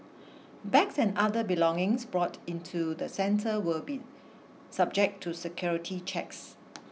bags and other belongings brought into the centre will be subject to security checks